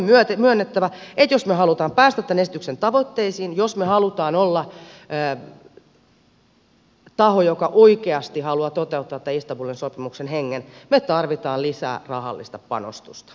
on myönnettävä että jos me haluamme päästä tämän esityksen tavoitteisiin jos me haluamme olla taho joka oikeasti haluaa toteuttaa tämän istanbulin sopimuksen hengen me tarvitsemme lisää rahallista panostusta